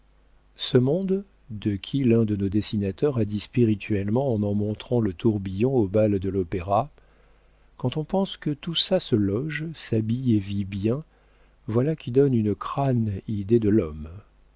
ce monde de qui l'un de nos dessinateurs a dit spirituellement en en montrant le tourbillon au bal de l'opéra quand on pense que tout ça se loge s'habille et vit bien voilà qui donne une crâne idée de l'homme